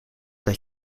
dat